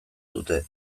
dute